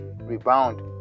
rebound